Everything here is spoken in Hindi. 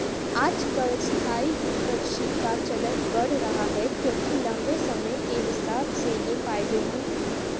आजकल स्थायी कृषि का चलन बढ़ रहा है क्योंकि लम्बे समय के हिसाब से ये फायदेमंद है